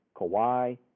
Kawhi